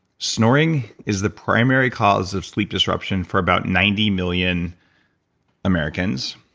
snoring is the primary cause of sleep disruption for about ninety million americans,